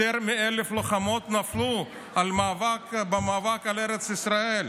יותר מ-1,000 לוחמות נפלו במאבק על ארץ ישראל,